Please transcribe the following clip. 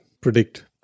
predict